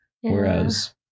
Whereas